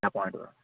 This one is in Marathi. त्या पॉईंटवरून